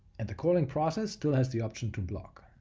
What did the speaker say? and the calling process still has the option to block.